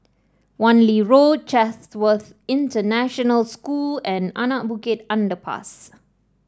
Wan Lee Road Chatsworth International School and Anak Bukit Underpass